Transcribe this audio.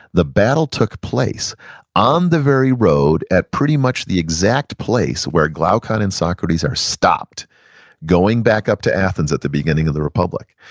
the battle took place on the very road at pretty much the exact place where glaucon and socrates are stopped going back up to athens at the beginning of the republic.